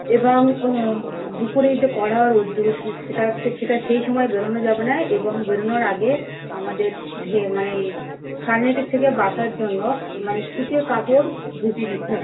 এবং দুপুরের যে কড়া রোদ্দুর সে সেটা হচ্ছে সেটা সেই সমায় বেরোনো যাবে না এবং বেরোনোর আগে আমাদের ভে মানে সানলাইটের থেকে বাঁচার জন্য মানে সুতির হবে